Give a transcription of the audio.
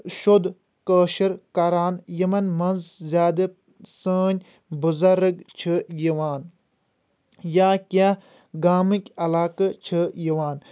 شیٚود کأشُر کران یِمن منٛز زیٛادٕ سأنۍ بٕزرگ چھ یِوان یا کیٚنٛہہ گامٕکۍ علاقہٕ چھ یِوان